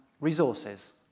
resources